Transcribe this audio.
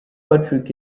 patrick